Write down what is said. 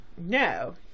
No